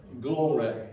glory